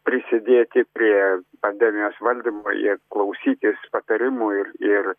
prisidėti prie pandemijos valdymo ir klausytis patarimų ir ir